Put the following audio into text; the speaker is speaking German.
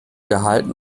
gehalten